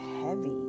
heavy